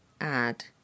Add